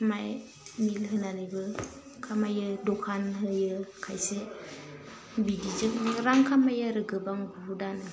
माइ मिल होनानैबो खामाइयो दखान होयो खायसे बिदिजोंनो रां खामाइयो आरो गोबां बुहुदानो